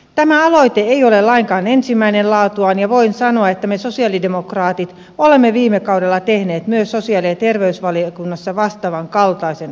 tämä aloite ei ole lainkaan ensimmäinen laatuaan ja voin sanoa että me sosialidemokraatit olemme viime kaudella tehneet myös sosiaali ja terveysvaliokunnassa vastaavan kaltaisen aloitteen